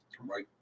Right